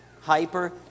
hyper